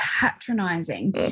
patronizing